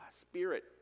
Spirit